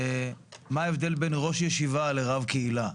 מה ההבדל בין ראש ישיבה לרב קהילה?